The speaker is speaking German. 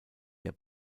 der